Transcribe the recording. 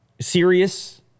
serious